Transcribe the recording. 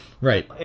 Right